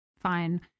Fine